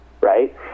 right